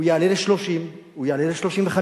הוא יעלה ל-30, הוא יעלה ל-35,